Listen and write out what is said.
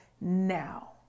now